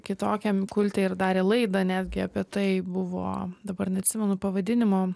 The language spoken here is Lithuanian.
kitokiam kulte ir darė laidą netgi apie tai buvo dabar neatsimenu pavadinimo